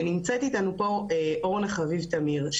נמצאת אתנו פה אורנה חביב תמיר,